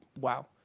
wow